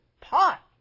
pot